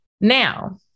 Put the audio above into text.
now